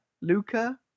Luca